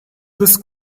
this